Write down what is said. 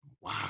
Wow